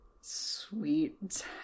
sweet